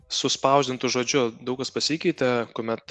su spausdintu žodžiu daug kas pasikeitė kuomet